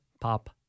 Pop